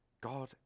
God